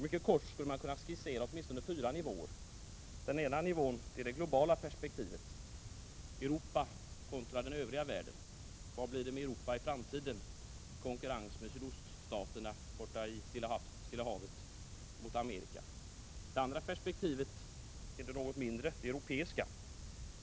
Mycket kort skulle man kunna skissera åtminstone fyra nivåer. Den första nivån är det globala perspektivet: Europa kontra den övriga världen. Hur går det med Europa i framtiden, i konkurrens med de sydostasiatiska staterna i Stilla havet och med Nordamerika? Det andra perspektivet är det något mindre europeiska.